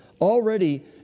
already